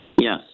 Yes